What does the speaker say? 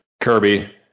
kirby